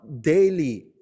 daily